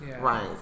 right